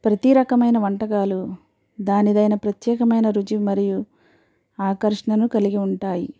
ప్రతీ రకమైన వంటకాలు దానిదైన ప్రత్యేకమైన రుచి మరియు ఆకర్షణను కలిగి ఉంటాయి